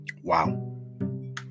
wow